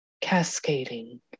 cascading